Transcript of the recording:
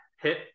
hit